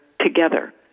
together